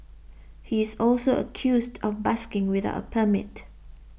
he is also accused of busking without a permit